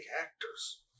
actors